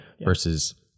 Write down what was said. versus